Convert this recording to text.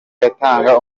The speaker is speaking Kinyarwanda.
yatanga